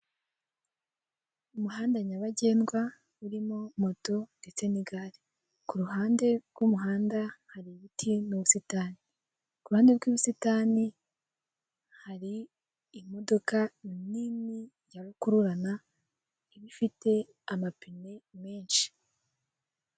Umuhanda nyabagendwa urimo moto ndetse n'igare, ku ruhande rw'umuhanda hari ibiti n'ubusitani, ku ruhande rw'ubusitani hari imodoka nini ya rukururana iba ifite amapine menshi.